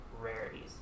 rarities